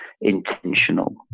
intentional